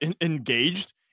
engaged